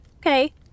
okay